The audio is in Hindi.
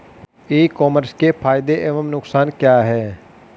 ई कॉमर्स के फायदे एवं नुकसान क्या हैं?